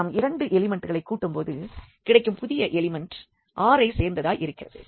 நாம் இரண்டு எலிமெண்ட்களை கூட்டும் போது கிடைக்கும் புதிய எலிமெண்ட் R ஐ சேர்ந்ததாயிருக்கிறது